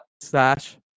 Slash